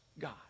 God